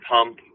Pump